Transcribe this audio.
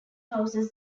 houses